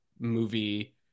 movie